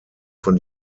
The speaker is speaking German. von